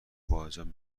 باحجاب